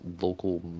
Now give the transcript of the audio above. local